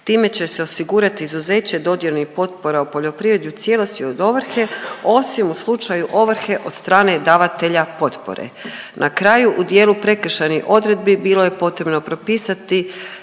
Time će se osigurati izuzeće dodionih potpora u poljoprivredi u cijelosti od ovrhe, osim u slučaju ovrhe od strane davatelja potpore. Na kraju, u dijelu prekršajnih odredbi, bilo je potrebno propisati